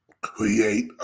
create